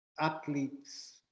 athletes